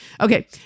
Okay